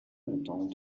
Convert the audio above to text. longtemps